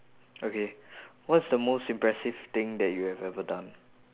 okay what's the most impressive thing that you have ever done